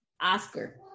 Oscar